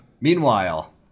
meanwhile